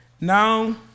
now